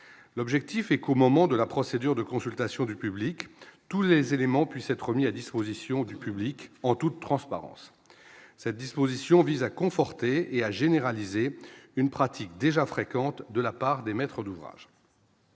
l'objectif est court moment de la procédure de consultation du public tous les éléments, puisse être mis à disposition du public en toute transparence, cette disposition vise à conforter et à généraliser une pratique déjà fréquentes de la part des maîtres d'ouvrage.